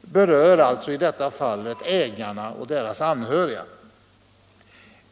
berör i detta fall ägarna och deras anhöriga.